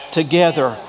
together